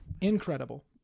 Incredible